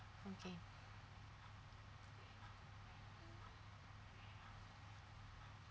okay